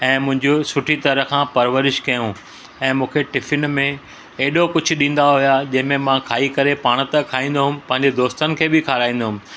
ऐं मुंहिंजो सुठी तरह खां परवरिश कयूं ऐं मूंखे टिफिन में एॾो कझु ॾींदा हुया जंहिंमें मां खाई करे पाण त खाईंदो हुयुमि पंहिंजे दोस्तनि खे बि खराईंदो हुयुमि